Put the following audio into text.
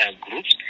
groups